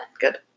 good